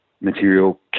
material